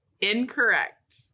Incorrect